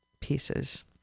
pieces